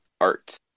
art